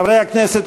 חברי הכנסת,